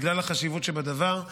בגלל החשיבות שבדבר,